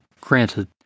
Granted